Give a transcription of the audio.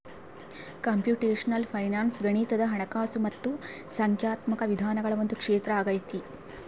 computational finance ಗಣಿತದ ಹಣಕಾಸು ಮತ್ತು ಸಂಖ್ಯಾತ್ಮಕ ವಿಧಾನಗಳ ಒಂದು ಕ್ಷೇತ್ರ ಆಗೈತೆ